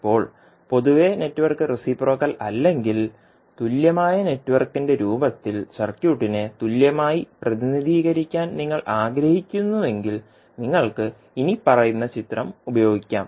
ഇപ്പോൾ പൊതുവേ network reciprocal അല്ലെങ്കിൽ തുല്യമായ നെറ്റ്വർക്കിന്റെ രൂപത്തിൽ സർക്യൂട്ടിനെ തുല്യമായി പ്രതിനിധീകരിക്കാൻ നിങ്ങൾ ആഗ്രഹിക്കുന്നുവെങ്കിൽ നിങ്ങൾക്ക് ഇനിപ്പറയുന്ന ചിത്രം ഉപയോഗിക്കാം